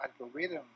algorithm